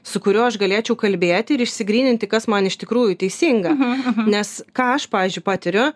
su kuriuo aš galėčiau kalbėti ir išsigryninti kas man iš tikrųjų teisinga nes ką aš pavyzdžiui patiriu